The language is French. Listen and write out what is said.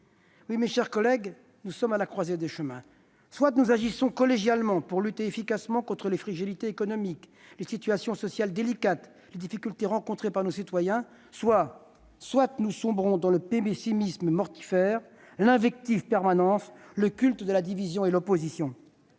Oui, mes chers collègues, nous sommes à la croisée des chemins. Soit nous agissons collégialement pour lutter efficacement contre les fragilités économiques, les situations sociales délicates, les difficultés rencontrées par nos concitoyens, soit nous sombrons dans le pessimisme mortifère, l'invective permanente, le culte de la division et de l'opposition.